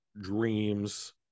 dreams